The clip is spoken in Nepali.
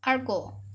अर्को